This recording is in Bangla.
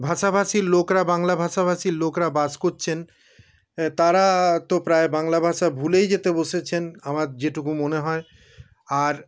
ভাষাভাষীর লোকরা বাংলা ভাষাভাষীর লোকরা বাস করছেন তারা তো প্রায় বাংলা ভাষা ভুলেই যেতে বসেছেন আমার যেটুকু মনে হয় আর